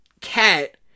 cat